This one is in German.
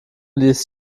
ließ